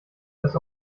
dass